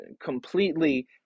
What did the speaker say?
completely